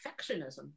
perfectionism